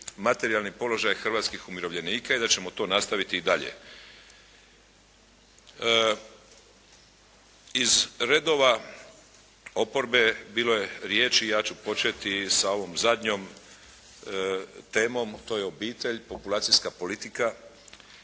materijalni položaj hrvatskih umirovljenika i da ćemo to nastaviti i dalje. Iz redova oporbe bilo je riječi i ja ću početi sa ovom zadnjom temom, a to je obitelj, populacijska politika